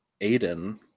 Aiden